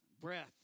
Breath